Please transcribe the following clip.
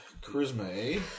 charisma